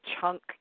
chunk